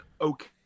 okay